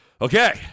okay